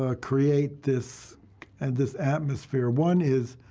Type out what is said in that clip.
ah create this and this atmosphere. one is,